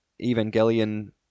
Evangelion